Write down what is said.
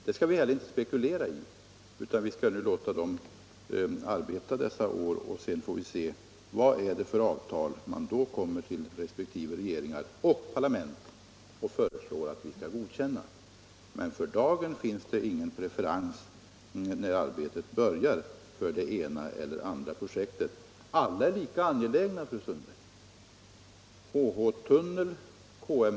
Det skall vi inte heller spekulera i, utan vi skall låta dem arbeta dessa år och se vilka avtal resp. regeringar och parlament kommer att föreslå för godkännande. För dagen finns det alltså ingen preferens för det ena eller andra projektet. Alla projekt är lika angelägna, fru Sundberg.